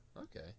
Okay